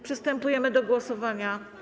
Przystępujemy do głosowania.